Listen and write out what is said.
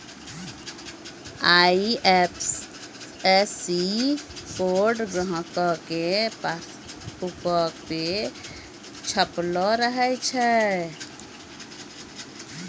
IFSC code ग्राहको के पासबुको पे छपलो रहै छै